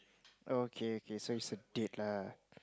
oh okay okay so it's a date lah